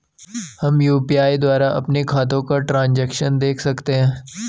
हम यु.पी.आई द्वारा अपने खातों का ट्रैन्ज़ैक्शन देख सकते हैं?